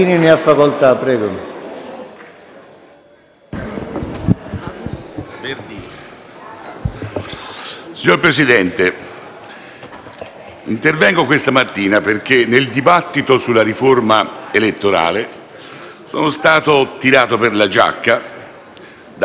Signor Presidente, intervengo questa mattina perché nel dibattito sulla riforma elettorale sono stato "tirato per la giacca", da chi mi ha evocato e da chi mi ha insultato.